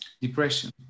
depression